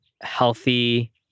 healthy